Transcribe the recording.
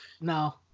no